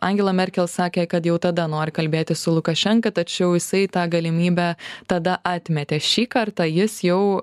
angela merkel sakė kad jau tada nori kalbėtis su lukašenka tačiau jisai tą galimybę tada atmetė šį kartą jis jau